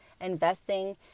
investing